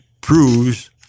proves